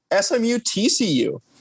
SMU-TCU